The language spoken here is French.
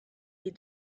les